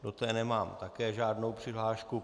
Do té nemám také žádnou přihlášku.